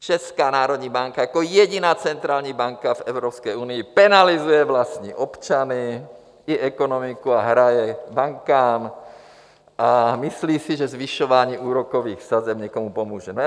Česká národní banka jako jediná centrální banka v Evropské unii penalizuje vlastní občany i ekonomiku, hraje bankám a myslí si, že zvyšování úrokových sazeb někomu pomůže.